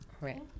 Right